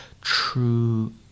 true